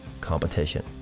competition